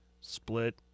split